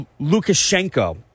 Lukashenko